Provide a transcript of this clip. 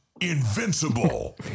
Invincible